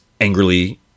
angrily